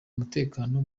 umutekano